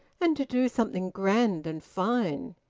and to do something grand and fine,